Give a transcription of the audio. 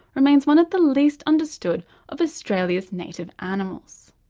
remains one of the least understood of australia's native animals.